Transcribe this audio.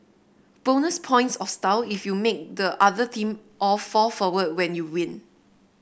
bonus points of style if you make the other team all fall forward when you win